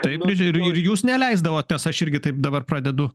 taip ir ir jūs neleisdavot tas aš irgi taip dabar pradedu